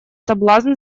соблазн